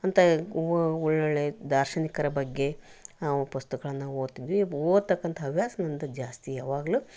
ಅಂಥ ಒಳ್ಳೊಳ್ಳೆ ದಾರ್ಶನಿಕರ ಬಗ್ಗೆ ನಾವು ಪುಸ್ತಕಗಳನ್ನು ಓದ್ತಿದ್ವಿ ಓದತಕ್ಕಂಥ ಹವ್ಯಾಸಗಳು ಜಾಸ್ತಿ ಯಾವಾಗಲೂ